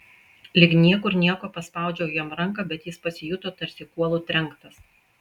lyg niekur nieko paspaudžiau jam ranką bet jis pasijuto tarsi kuolu trenktas